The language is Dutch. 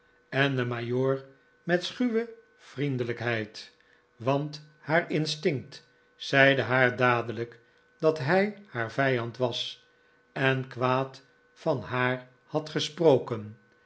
en den majoor met schuwe vriendelijkheid want haar instinct zeide haar dadelijk dat hij haar vijand was en kwaad van haar had gesproken